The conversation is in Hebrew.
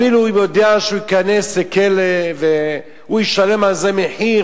אפילו אם הוא יודע שייכנס לכלא והוא ישלם על זה מחיר,